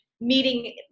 Meeting